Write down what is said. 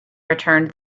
returned